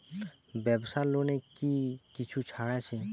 ব্যাবসার লোনে কি কিছু ছাড় আছে?